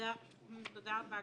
תודה רבה,